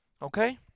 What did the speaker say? Okay